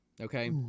okay